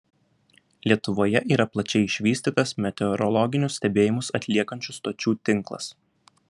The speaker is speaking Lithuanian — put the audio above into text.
lietuvoje yra plačiai išvystytas meteorologinius stebėjimus atliekančių stočių tinklas